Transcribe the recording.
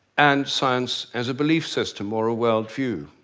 and science as a belief system or a world view.